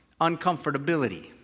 uncomfortability